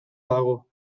dago